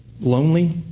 lonely